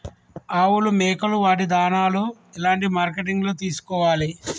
ఆవులు మేకలు వాటి దాణాలు ఎలాంటి మార్కెటింగ్ లో తీసుకోవాలి?